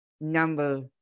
number